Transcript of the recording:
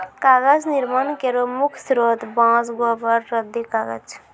कागज निर्माण केरो मुख्य स्रोत बांस, गोबर, रद्दी कागज छै